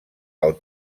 pel